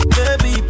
Baby